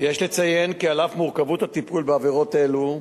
יש לציין כי על אף מורכבות הטיפול בעבירות אלה,